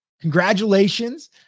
Congratulations